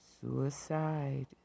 suicide